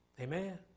Amen